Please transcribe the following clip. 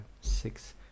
six